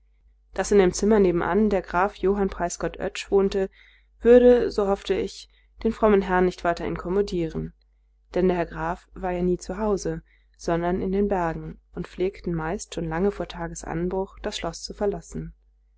daß in dem zimmer nebenan der graf johann preisgott oetsch wohnte würde so hoffte ich den frommen herrn nicht weiter inkommodieren denn der herr graf waren ja nie zu hause sondern in den bergen und pflegten meist schon lange vor tagesanbruch das schloß zu verlassen